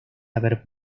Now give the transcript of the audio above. haber